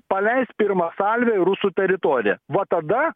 paleis pirmą salvę į rusų teritoriją va tada